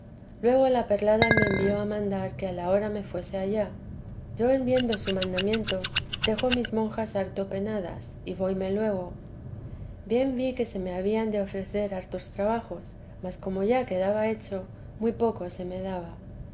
luego la perlada me envió a mandar que a la hora me fuese allá yo en viendo su mandamiento dejo mis monjas harto penadas y voyme luego bien vi que se me habían de ofrecer hartos trabajos mas como ya quedaba hecho muy poco se me daba